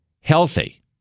healthy